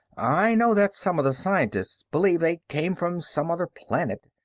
i know that some of the scientists believe they came from some other planet,